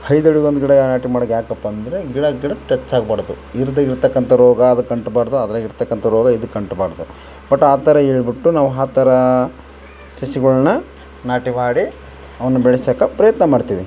ಐದುದ್ ಅಡಿಗೊಂದು ಗಿಡ ನಾಟಿ ಮಾಡೋದೇಕಪ್ಪ ಅಂದರೆ ಗಿಡ ಗಿಡ ಟಚ್ ಆಗ್ಬಾರದು ಇರದೆ ಇರ್ತಕ್ಕಂಥ ರೋಗ ಅದಕ್ಕೆ ಅಂಟಬಾಡ್ದು ಅದ್ರಾಗೆ ಇರ್ತಕ್ಕಂಥ ರೋಗ ಇದಕ್ಕೆ ಅಂಟಬಾಡ್ದು ಬಟ್ ಆ ಥರ ಹೇಳ್ಬುಟ್ಟು ನಾವು ಆ ಥರ ಸಸಿಗಳ್ನ ನಾಟಿ ಮಾಡಿ ಅವ್ನ ಬೆಳ್ಸೋಕೆ ಪ್ರಯತ್ನ ಮಾಡ್ತೀವಿ